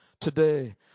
today